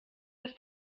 das